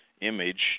image